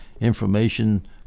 information